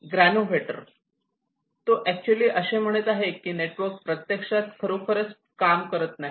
Granovetter तो actually असे म्हणत आहे की नेटवर्क प्रत्यक्षात खरोखर फारसे काम करत नाहीत